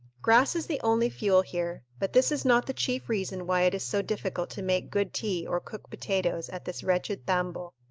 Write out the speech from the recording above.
grass is the only fuel here but this is not the chief reason why it is so difficult to make good tea or cook potatoes at this wretched tambo.